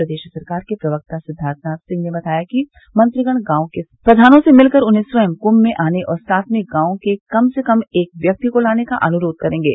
प्रदेश सरकार के प्रवक्ता सिद्वार्थनाथ सिंह ने बताया कि मंत्रिगण गांव के प्रधानों से मिलकर उन्हें स्वयं कृंभ में आने और साथ में गांव के कम से कम एक व्यक्ति को लाने का अनुरोध करेंगे